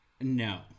No